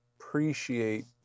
appreciate